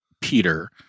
Peter